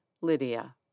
Lydia